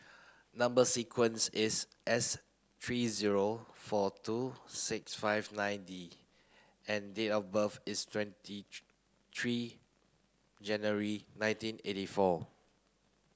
number sequence is S three zero four two six five nine D and date of birth is twenty three January nineteen eighty four